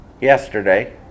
yesterday